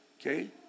Okay